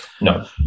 No